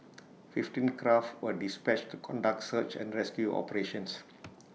fifteen craft were dispatched to conduct search and rescue operations